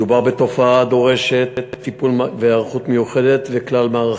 מדובר בתופעה הדורשת טיפול והיערכות מיוחדת וכלל-מערכתית,